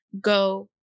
go